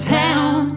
town